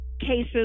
cases